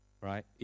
Right